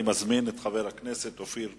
אני מזמין את חבר הכנסת אופיר פינס-פז,